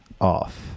off